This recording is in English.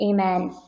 Amen